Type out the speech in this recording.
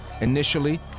Initially